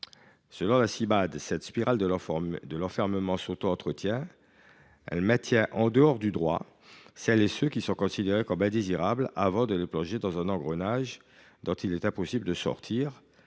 Selon la Cimade, cette spirale de l’enfermement s’autoentretient : elle maintient en dehors du droit celles et ceux qui sont considérés comme « indésirables », avant de les plonger dans un engrenage dont il est impossible de sortir.